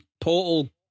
Portal